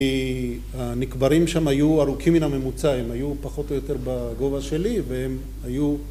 הנקברים שם היו ארוכים מן הממוצע הם היו פחות או יותר בגובה שלי והם היו